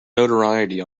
notoriety